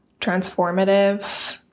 transformative